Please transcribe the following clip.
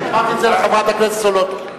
אמרתי את זה לחברת הכנסת סולודקין.